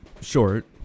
Short